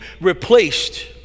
replaced